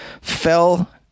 fell